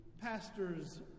Pastors